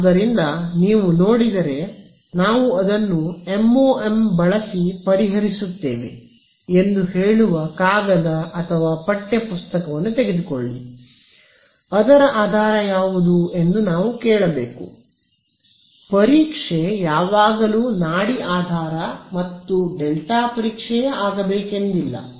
ಆದ್ದರಿಂದ ನೀವು ನೋಡಿದರೆ ನಾವು ಅದನ್ನು MoM ಬಳಸಿ ಪರಿಹರಿಸುತ್ತೇವೆ ಎಂದು ಹೇಳುವ ಕಾಗದ ಅಥವಾ ಪಠ್ಯ ಪುಸ್ತಕವನ್ನು ತಿಳಿದುಕೊಳ್ಳಿ ಅದರ ಆಧಾರ ಯಾವುದು ಎಂದು ನಾವು ಕೇಳಬೇಕು ಪರೀಕ್ಷೆ ಯಾವಾಗಲೂ ನಾಡಿ ಆಧಾರ ಮತ್ತು ಡೆಲ್ಟಾ ಪರೀಕ್ಷೆ ಆಗಬೇಕೆಂದಿಲ್ಲ